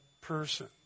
person